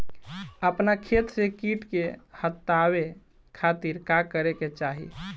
अपना खेत से कीट के हतावे खातिर का करे के चाही?